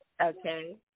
Okay